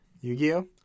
Yu-Gi-Oh